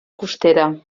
costera